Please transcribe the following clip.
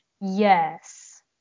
Yes